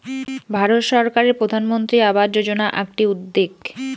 ভারত সরকারের প্রধানমন্ত্রী আবাস যোজনা আকটি উদ্যেগ